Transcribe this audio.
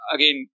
Again